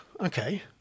okay